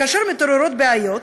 כאשר מתעוררות בעיות,